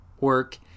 work